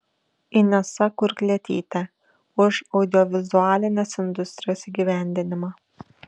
inesa kurklietytė už audiovizualinės industrijos įgyvendinimą